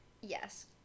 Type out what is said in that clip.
Yes